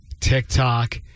TikTok